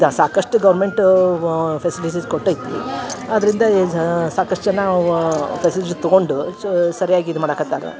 ಸಾಕಷ್ಟು government facilities ಕೊಟ್ಟೈತಿ ಆದ್ದರಿಂದ ಸಾಕಷ್ಟು ಜನ ಫೆಸಿಲಿಟೀಸ್ ತಗೊಂಡು ಸೊ ಸರಿಯಾಗಿ ಇದು ಮಾಡಕತ್ತರ